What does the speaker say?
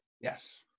Yes